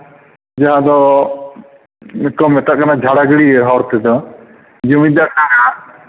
ᱱᱚᱣᱟ ᱫᱚ ᱪᱮᱫ ᱠᱚ ᱢᱮᱛᱟᱜ ᱠᱟᱱᱟ ᱡᱷᱟᱲᱟᱜᱟᱹᱲᱭᱟᱹ ᱦᱚᱲ ᱛᱮᱫᱚ ᱡᱩᱢᱤᱫᱟᱨᱰᱟᱸᱜᱟ